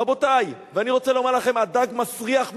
רבותי, אני רוצה לומר לכם, הדג מסריח מהראש,